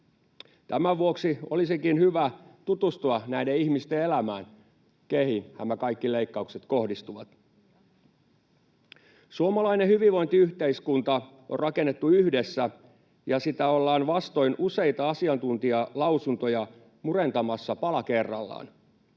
Tämän vuoksi olisikin hyvä tutustua näiden ihmisten elämään, keihin nämä kaikki leikkaukset kohdistuvat. Suomalainen hyvinvointiyhteiskunta on rakennettu yhdessä, ja sitä ollaan vastoin useita asiantuntijalausuntoja murentamassa pala kerrallaan.